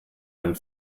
ein